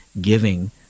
giving